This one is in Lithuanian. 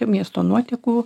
miesto nuotekų